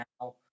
Now